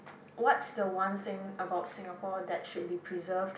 what's the one thing about Singapore that should be preserved